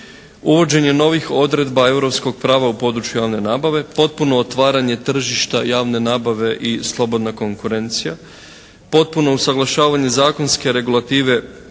Uvođenje novih odredba europskog prava u području javne nabave. Potpuno otvaranje tržišta javne nabave i slobodna konkurencija. Potpuno usaglašavanje zakonske regulative